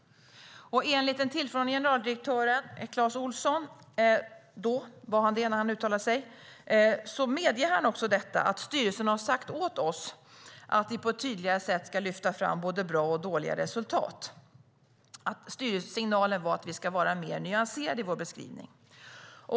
Den då tillförordnade generaldirektören Clas Olsson medgav att "styrelsen har sagt att vi på ett tydligare sätt ska lyfta fram både bra och dåliga resultat". Styrelsesignalen var att "vi ska vara mer nyanserade i vår beskrivning".